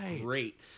great